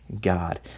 God